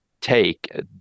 take